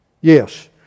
Yes